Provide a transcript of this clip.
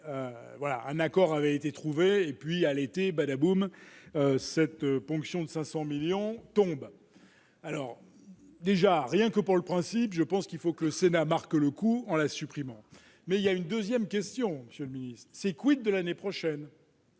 voilà un accord avait été trouvé et puis à l'été, badaboum, cette ponction de 500 millions tombe alors déjà rien que pour le principe, je pense qu'il faut que le Sénat marque le coup en la supprimant mais il y a une 2ème question Monsieur le Ministre, c'est : quid de l'année prochaine.